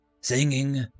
singing